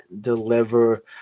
deliver